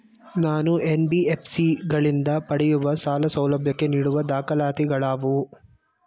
ನಾನು ಎನ್.ಬಿ.ಎಫ್.ಸಿ ಗಳಿಂದ ಪಡೆಯುವ ಸಾಲ ಸೌಲಭ್ಯಕ್ಕೆ ನೀಡುವ ದಾಖಲಾತಿಗಳಾವವು?